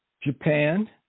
Japan